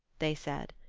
they said.